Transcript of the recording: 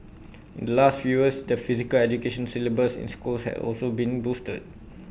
in the last few years the physical education syllabus in schools has also been boosted